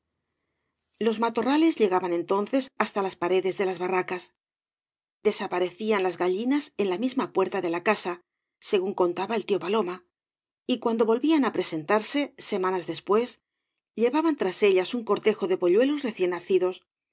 los matorrales llegaban entonces hasta las paredes de las barracas desaparecían las gallinas en la misma puerta de la casa segúa contaba el tío paloma y cuando volvían á presentarse semanas después llevaban tras ellas un cortejo de pouuelos recién nacidos